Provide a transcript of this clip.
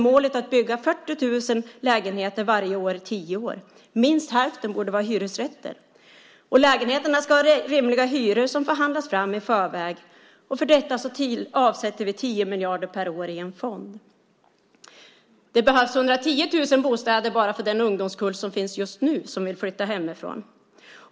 Målet är att bygga 40 000 lägenheter varje år i tio år. Minst hälften bör vara hyresrätter. Lägenheterna ska ha rimliga hyror som förhandlas fram i förväg. För detta avsätter vi 10 miljarder per år i en fond. Det behövs 110 000 bostäder bara för den ungdomskull som finns just nu och som vill flytta hemifrån.